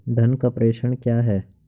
धन का प्रेषण क्या है?